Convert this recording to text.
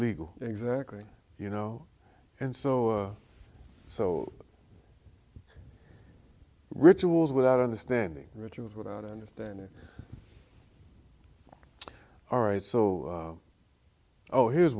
legal exactly you know and so so rituals without understanding rituals without understand it all right so oh here's